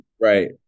Right